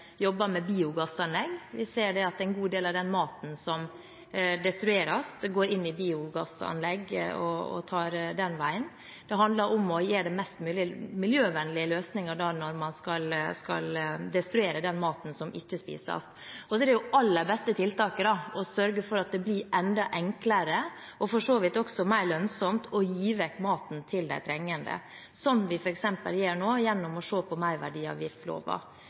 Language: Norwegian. jobber med biogassanlegg. Vi ser at en god del av den maten som destrueres, går inn i biogassanlegg og tar den veien. Det handler om å gjøre mest mulig miljøvennlige løsninger når man skal destruere den maten som ikke spises. Så er det det aller beste tiltaket: å sørge for at det blir enda enklere og for så vidt også mer lønnsomt å gi bort maten til de trengende, som vi f.eks. gjør nå gjennom å se på merverdiavgiftsloven.